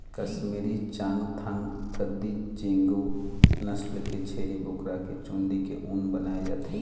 कस्मीरी, चाँगथाँग, गद्दी, चेगू नसल के छेरी बोकरा के चूंदी के ऊन बनाए जाथे